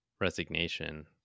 resignation